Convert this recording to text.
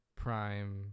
prime